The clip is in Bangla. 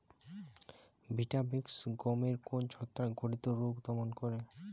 ভিটাভেক্স গমের কোন ছত্রাক ঘটিত রোগ দমন করে?